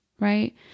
right